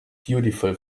beautiful